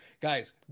guys